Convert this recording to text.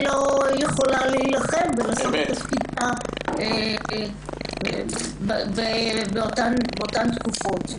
לא יכולה להילחם ולעשות את התפקיד באותה תקופה.